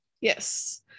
Yes